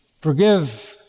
Forgive